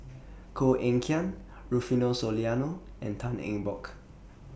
Koh Eng Kian Rufino Soliano and Tan Eng Bock